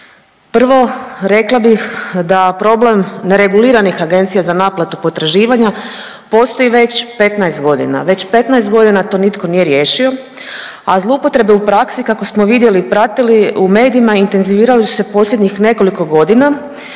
Prvo rekla bih da problem nereguliranih Agencija za naplatu potraživanja postoji već 15.g., već 15.g. to nitko nije riješio, a zloupotrebe u praksi kako smo vidjeli i pratili u medijima intenzivirali su se posljednjih nekoliko godina,